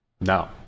No